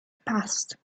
passed